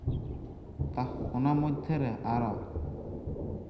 ᱚᱱᱟ ᱢᱚᱫᱽᱫᱷᱮ ᱨᱮ ᱟᱨᱚ